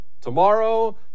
tomorrow